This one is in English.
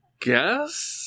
guess